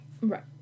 Right